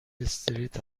استریت